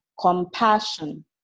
Compassion